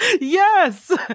Yes